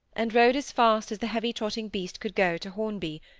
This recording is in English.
and rode as fast as the heavy-trotting beast could go, to hornby,